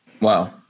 Wow